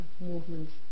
movements